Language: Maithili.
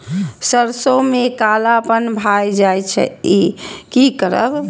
सरसों में कालापन भाय जाय इ कि करब?